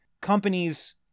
companies